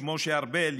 משה ארבל,